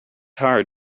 hard